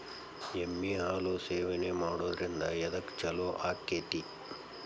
ಎಮ್ಮಿ ಹಾಲು ಸೇವನೆ ಮಾಡೋದ್ರಿಂದ ಎದ್ಕ ಛಲೋ ಆಕ್ಕೆತಿ?